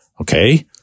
Okay